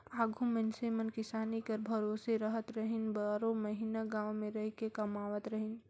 आघु मइनसे मन किसानी कर भरोसे रहत रहिन, बारो महिना गाँव मे रहिके कमावत रहिन